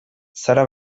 zara